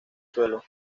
suelo